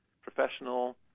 professional